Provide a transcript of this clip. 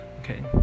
Okay